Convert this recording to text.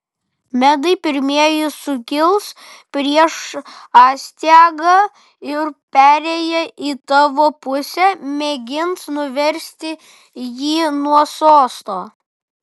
medai pirmieji sukils prieš astiagą ir perėję į tavo pusę mėgins nuversti jį nuo sosto